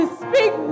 speak